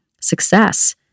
success